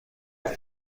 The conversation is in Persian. گفت